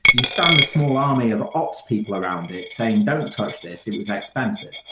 you stand a small army of ops people around it saying, don't source this. it was expensive.